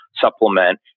supplement